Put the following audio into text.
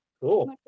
Cool